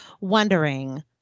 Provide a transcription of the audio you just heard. wondering